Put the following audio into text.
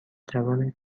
جوان